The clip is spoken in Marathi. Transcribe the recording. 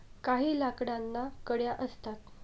काही लाकडांना कड्या असतात